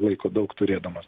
laiko daug turėdamas